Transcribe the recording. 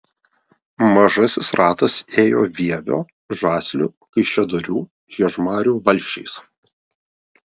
mažasis ratas ėjo vievio žaslių kaišiadorių žiežmarių valsčiais